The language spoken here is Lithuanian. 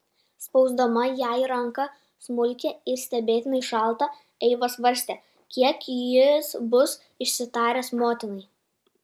spausdama jai ranką smulkią ir stebėtinai šaltą eiva svarstė kiek jis bus išsitaręs motinai